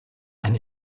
ein